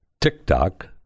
TikTok